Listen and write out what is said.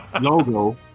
Logo